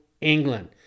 England